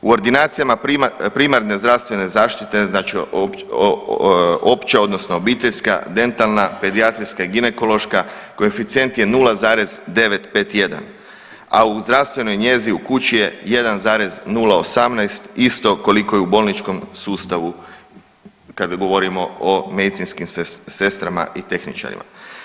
U ordinacijama primarne zdravstvene zaštite znači opća odnosno obiteljska, dentalna, pedijatrijska i ginekološka koeficijent je 0,951, a u zdravstvenoj njezi u kući je 1,018 isto koliko i u bolničkom sustavu kad govorimo o medicinskim sestrama i tehničarima.